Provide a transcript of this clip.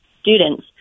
students